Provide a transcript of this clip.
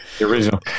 original